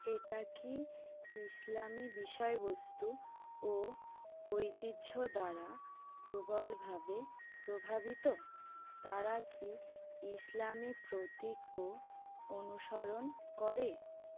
এটা কি ইসলামী বিষয়বস্তু ও ঐতিহ্য দ্বারা প্রবলভাবে প্রভাবিত তারা কি ইসলামী প্রতীকও অনুসরণ করে